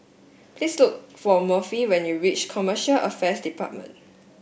please look for Murphy when you reach Commercial Affairs Department